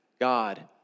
God